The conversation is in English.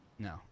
No